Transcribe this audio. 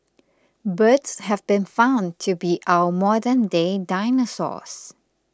birds have been found to be our modernday dinosaurs